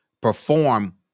perform